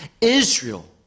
Israel